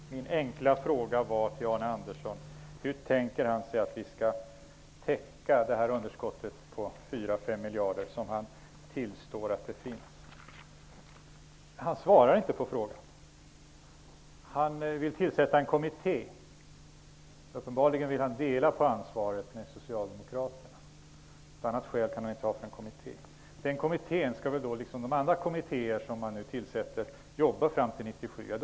Herr talman! Min enkla fråga till Arne Andersson var hur han tänker att man skall täcka det underskott på 4--5 miljarder som han tillstår finns. Han svarar inte på den frågan. Han vill tillsätta en kommitté. Uppenbarligen vill han dela på ansvaret med socialdemokraterna. Något annat skäl för en kommitté kan han inte ha. Den kommittén skall väl liksom de andra kommittéer som man nu tillsätter arbeta till 1997.